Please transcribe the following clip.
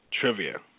trivia